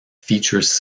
features